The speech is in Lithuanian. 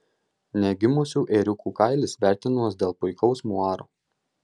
negimusių ėriukų kailis vertinamas dėl puikaus muaro